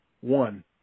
one